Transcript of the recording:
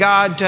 God